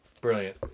brilliant